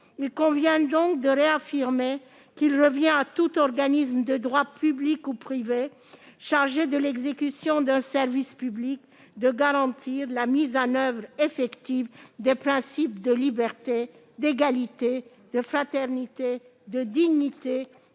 Il convient donc de réaffirmer qu'il revient à tout organisme de droit public ou privé chargé de l'exécution d'un service public de garantir la mise en oeuvre effective des principes de liberté, d'égalité, de fraternité, de dignité,